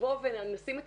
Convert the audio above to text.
נבוא ונשים את